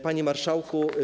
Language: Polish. Panie Marszałku!